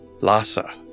Lhasa